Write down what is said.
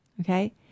Okay